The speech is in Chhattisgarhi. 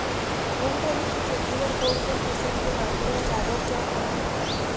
मूंगफली के खेती बर कोन कोन किसम के माटी ह जादा उपजाऊ हवये?